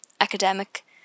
academic